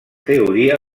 teoria